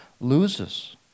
loses